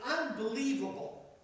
unbelievable